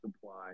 supply